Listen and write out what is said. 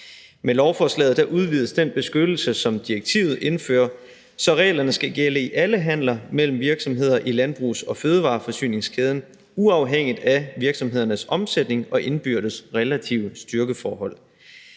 Med lovforslaget udvides den beskyttelse, som direktivet indfører, så reglerne skal gælde i alle handler mellem virksomheder i landbrugs- og fødevareforsyningskæden uafhængigt af virksomhedernes omsætning og indbyrdes relative styrkeforhold.